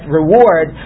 reward